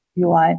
UI